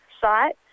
site